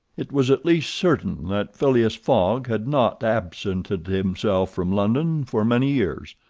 it was at least certain that phileas fogg had not absented himself from london for many years.